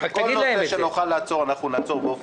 כל נושא שנוכל לעצור נעצור באופן